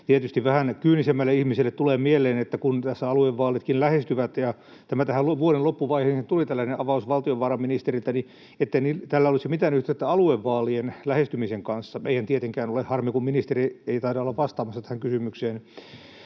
Tietysti vähän kyynisemmälle ihmiselle tulee mieleen, että kun tässä aluevaalitkin lähestyvät ja tähän vuoden loppuvaiheeseen tuli tällainen avaus valtiovarainministeriltä, niin eihän tällä olisi mitään yhteyttä aluevaalien lähestymiseen, eihän tietenkään ole. — Harmi, kun ministeri ei taida olla vastaamassa tähän kysymykseen.